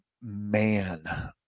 man